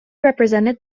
represented